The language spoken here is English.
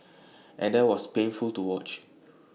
and that was painful to watch